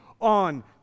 on